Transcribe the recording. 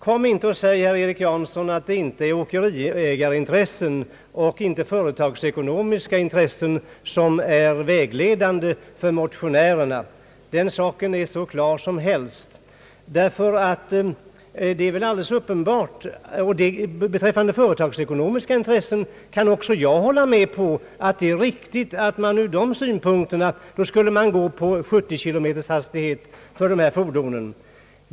Kom sedan inte och säg, herr Erik Jansson, att det inte är åkeriägarintressen och företagsekonomiska synpunkter som varit vägledande för motionärerna. Den saken är hur klar som helst. Vad beträffar företagsekonomiska synpunkter kan jag också hålla med om att utifrån dem borde man tillåta 70 kilometers hastighet för dessa fordon.